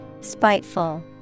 Spiteful